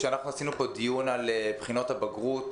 כשעשינו פה דיון על בחינות הבגרות,